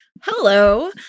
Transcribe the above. Hello